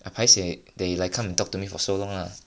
I paiseh that you come and talk to me for so long ah